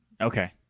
Okay